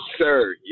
sir